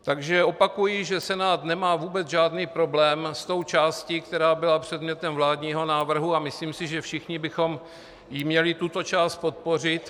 Takže opakuji, že Senát nemá vůbec žádný problém s tou částí, která byla předmětem vládního návrhu, a myslím si, že všichni bychom měli tuto část podpořit.